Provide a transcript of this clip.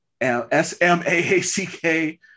S-M-A-A-C-K